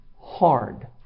hard